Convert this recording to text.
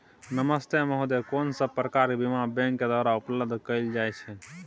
नमस्ते महोदय, कोन सब प्रकार के बीमा बैंक के द्वारा उपलब्ध कैल जाए छै?